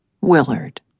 Willard